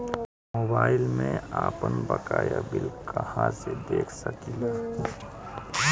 Mobile में आपनबकाया bill कहाँसे देख सकिले?